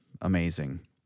amazing